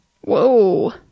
Whoa